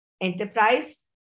enterprise